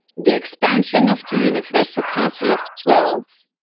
the expansion of the universal council of twelve,